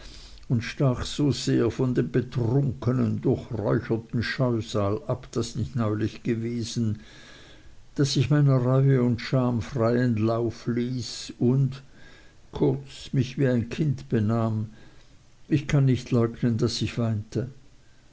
und stach so sehr von dem betrunknen durchräucherten scheusal ab das ich neulich gewesen daß ich meiner reue und scham freien lauf ließ und kurz mich wie ein kind benahm ich kann nicht leugnen daß ich weinte